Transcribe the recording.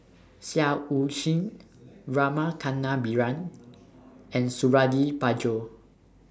Seah EU Chin Rama Kannabiran and Suradi Parjo